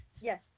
Yes